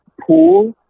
pool